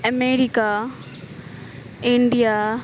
America India